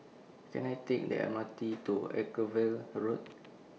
Can I Take The M R T to Road